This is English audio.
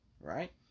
right